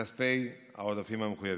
כספי העודפים המחויבים.